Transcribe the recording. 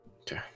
Okay